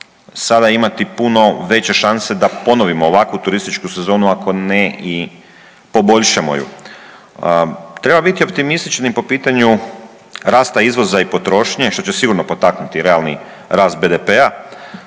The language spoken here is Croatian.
sada imati puno veće šanse da ponovimo ovakvu turističku sezonu, ako ne i poboljšamo ju. Treba biti optimistični po pitanju rasta izvoza i potrošnje, što će sigurno potaknuti realni rast BDP-a,